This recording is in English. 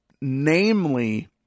Namely